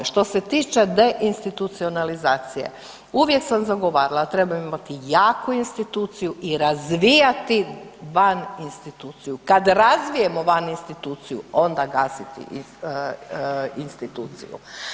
Što se tiče deinstitunacionalizacije, uvijek sam zagovarala trebamo imati jaku instituciju i razvijati van instituciju, kad razvijemo van instituciju onda gasiti instituciju.